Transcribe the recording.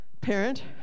parent